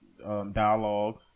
Dialogue